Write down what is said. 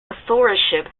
authorship